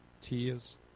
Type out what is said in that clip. tears